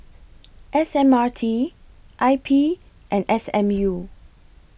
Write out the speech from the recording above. S M R T I P and S M U